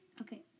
okay